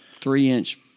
three-inch